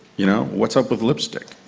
you know what's up with lipstick?